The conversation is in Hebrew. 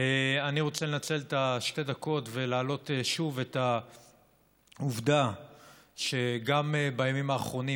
אני רוצה לנצל את שתי הדקות ולהעלות שוב את העובדה שגם בימים האחרונים,